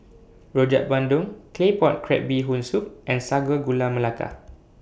Rojak Bandung Claypot Crab Bee Hoon Soup and Sago Gula Melaka